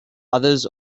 others